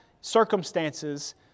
circumstances